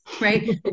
right